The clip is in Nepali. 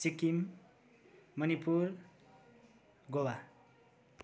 सिक्किम मणिपुर गोवा